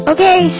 Okay